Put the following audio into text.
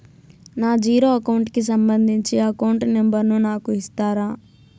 నా zero account కి సంబంధించి అకౌంట్ నెంబర్ ను నాకు ఇస్తారా